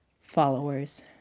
followers